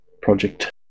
project